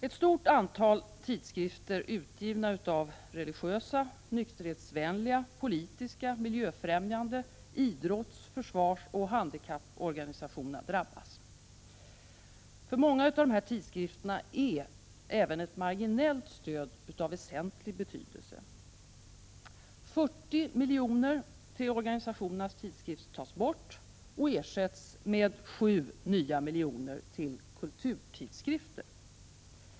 Ett stort antal tidskrifter, utgivna av religiösa, nykterhetsvänliga, politiska, miljöfrämjande, idrotts-, försvarsoch handikapporganisationer drabbas. För många av dessa tidskrifter är även ett marginellt stöd av väsentlig betydelse. 40 milj.kr. till organisationernas tidskrifter tas bort och ersätts med 7 nya miljoner till kulturtidskrifter.